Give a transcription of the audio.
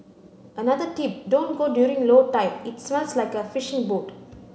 another tip don't go during low tide it smells like a fishing boat